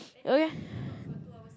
okay